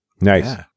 Nice